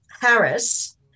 Harris